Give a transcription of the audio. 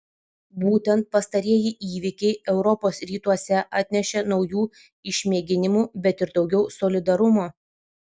būtent pastarieji įvykiai europos rytuose atnešė naujų išmėginimų bet ir daugiau solidarumo